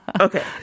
Okay